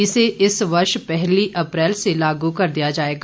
इसे इस वर्ष पहली अप्रैल से लागू कर दिया जाएगा